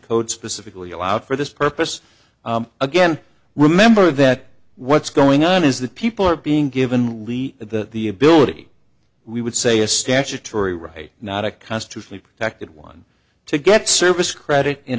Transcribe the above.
code specifically allowed for this purpose again remember that what's going on is that people are being given really the the ability we would say a statutory right not a constitutionally protected one to get service credit in